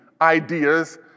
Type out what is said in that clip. ideas